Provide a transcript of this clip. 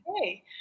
Okay